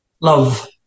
love